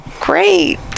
Great